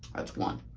that's one.